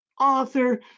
author